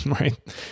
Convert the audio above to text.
Right